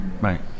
right